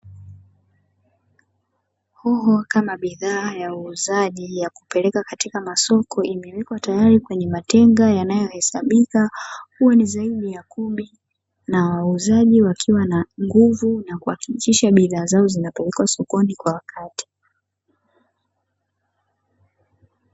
Hoho kama bidhaa ya uuzaji ya kupeleka katika masoko imewekwa tayari kwenye matenga yanayohesabika, huwa ni zaidi ya kumi na wauzaji wakiwa na nguvu na kuhakikisha bidhaa zao zinapelekwa sokoni kwa wakati.